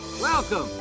Welcome